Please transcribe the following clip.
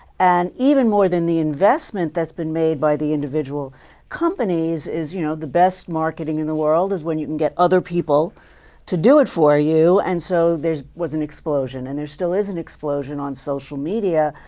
and even more than the investment that's been made by the individual companies is, you know the best marketing in the world is when you can get other people to do it for you. and so, there was an explosion. and there still is an explosion on social media,